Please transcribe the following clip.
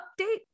update